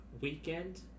Weekend